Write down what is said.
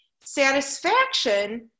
Satisfaction